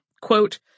Quote